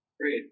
Great